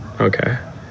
Okay